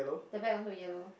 the back also yellow